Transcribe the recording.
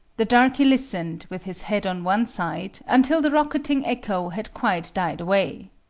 the darky listened, with his head on one side until the rocketing echo had quite died away.